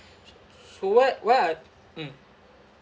so what what are mm